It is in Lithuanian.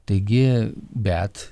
taigi bet